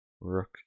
rook